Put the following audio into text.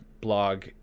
blog